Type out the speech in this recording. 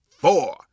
four